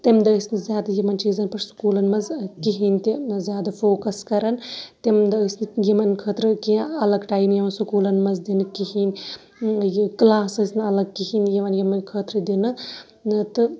تَمہِ دۄہ ٲسۍ نہٕ زیادٕ یِمَن چیٖزَن پٮ۪ٹھ سکوٗلَن منٛز کِہیٖنۍ تہِ نہ زیادٕ فوکَس کَران تَمہِ دۄہ ٲسۍ نہٕ یِمَن خٲطرٕ کینٛہہ الگ ٹایِم یِوان سکوٗلَن منٛز دِنہٕ کِہیٖنۍ یہِ کٕلاس ٲسۍ نہٕ الگ کِہیٖنۍ یِوان یِمَن خٲطرٕ دِنہٕ تہٕ